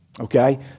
Okay